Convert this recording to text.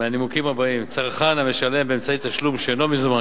מהנימוקים הבאים: צרכן המשלם באמצעי תשלום שאינו מזומן,